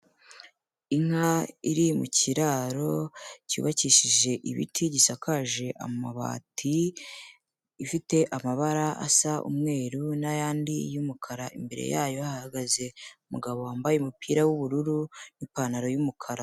Inka iri mu kiraro cyubakishije ibiti, gisakaje amabati, ifite amabara asa umweru, n'ayandi y'umukara, imbere yayo hahagaze umugabo wambaye umupira w'ubururu, n'ipantaro y'umukara.